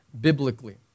biblically